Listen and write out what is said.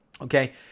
Okay